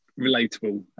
relatable